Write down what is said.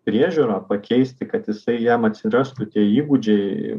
priežiūrą pakeisti kad jisai jam atsirastų tie įgūdžiai